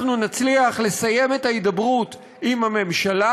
אנחנו נצליח לסיים את ההידברות עם הממשלה